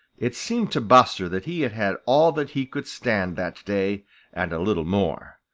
it seemed to buster that he had had all that he could stand that day and a little more.